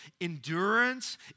endurance